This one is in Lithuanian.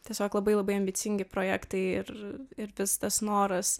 tiesiog labai labai ambicingi projektai ir ir vis tas noras